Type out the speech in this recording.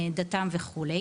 דתם וכו'.